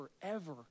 forever